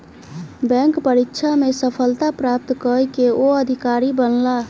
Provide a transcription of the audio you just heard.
bank परीक्षा में सफलता प्राप्त कय के ओ अधिकारी बनला